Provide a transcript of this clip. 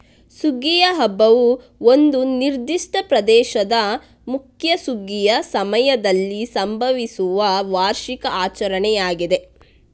ಸುಗ್ಗಿಯ ಹಬ್ಬವು ಒಂದು ನಿರ್ದಿಷ್ಟ ಪ್ರದೇಶದ ಮುಖ್ಯ ಸುಗ್ಗಿಯ ಸಮಯದಲ್ಲಿ ಸಂಭವಿಸುವ ವಾರ್ಷಿಕ ಆಚರಣೆಯಾಗಿದೆ